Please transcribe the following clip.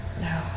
No